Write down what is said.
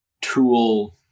tool